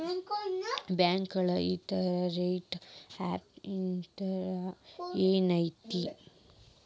ಬಾಂಕ್ನ್ಯಾಗ ಇವತ್ತಿನ rate of interest ಏನ್ ಐತಿ